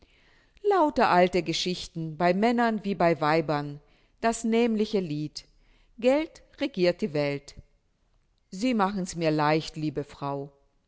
lauter alte geschichten bei männern wie bei weibern das nämliche lied geld regiert die welt sie machen mir's leicht liebe frau